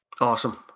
Awesome